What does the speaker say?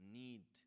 need